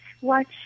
watch